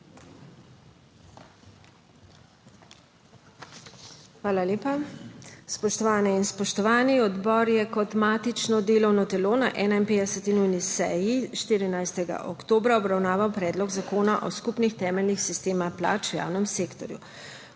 Hvala lepa. Spoštovane in spoštovani. Odbor je kot matično delovno telo na 51. nujni seji 14. oktobra obravnaval Predlog zakona o skupnih temeljih sistema plač v javnem sektorju.